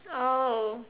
oh